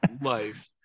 life